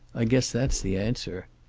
i guess that's the answer.